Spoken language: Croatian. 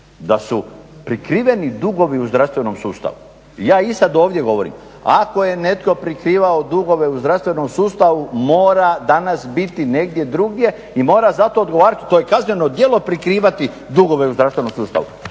da su prikriveni dugovi u zdravstvenom sustavu. Ja i sad ovdje govorim. Ako je netko prikrivao dugove u zdravstvenom sustavu mora danas biti negdje drugdje i mora za to odgovarati. To je kazneno djelo prikrivati dugove u zdravstvenom sustavu.